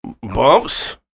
Bumps